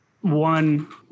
one